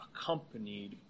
accompanied